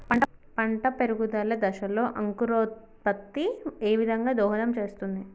పంట పెరుగుదల దశలో అంకురోత్ఫత్తి ఏ విధంగా దోహదం చేస్తుంది?